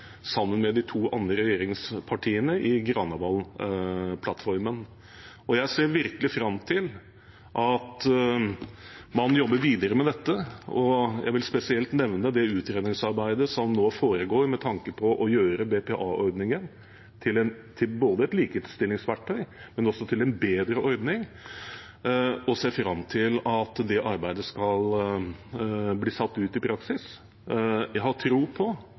sammen med de to andre regjeringspartiene i Granavolden-plattformen, og jeg ser virkelig fram til at man jobber videre med dette. Jeg vil spesielt nevne det utredningsarbeidet som nå foregår, med tanke på å gjøre BPA-ordningen både til et likestillingsverktøy og til en bedre ordning, og ser fram til at det arbeidet skal bli satt ut i praksis. Jeg har tro på